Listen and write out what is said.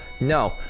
No